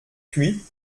puis